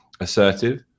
assertive